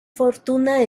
fortuna